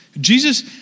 Jesus